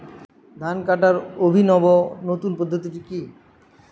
ধান কাটার অভিনব নতুন পদ্ধতিটি কি?